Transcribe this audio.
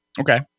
Okay